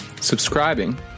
subscribing